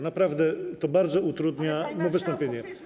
Naprawdę to bardzo utrudnia mu wystąpienie.